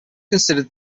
considered